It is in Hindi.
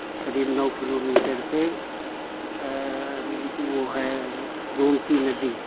करीब नौ किलोमीटर पे वो है गोमती नदी